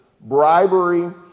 bribery